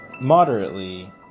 moderately